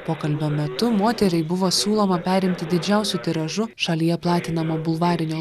pokalbio metu moteriai buvo siūloma perimti didžiausiu tiražu šalyje platinamo bulvarinio